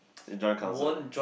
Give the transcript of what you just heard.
the joint counsel